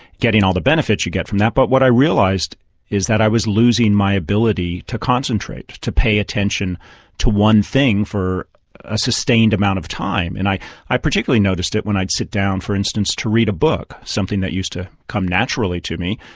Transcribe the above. getting all the benefits you get from that, but what i realised is that i was losing my ability to concentrate, to pay attention to one thing for a sustained amount of time. and i i particularly noticed it when i'd sit down for instance, to read a book, something that used to come naturally to me,